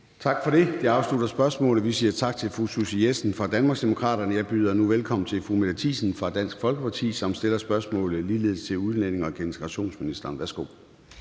Tak for det. Det afslutter spørgsmålet. Vi siger tak til fru Susie Jessen fra Danmarksdemokraterne. Jeg byder nu velkommen til fru Mette Thiesen fra Dansk Folkeparti, som stiller spørgsmålet, som ligeledes er til udlændinge- og integrationsministeren. Kl.